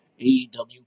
AEW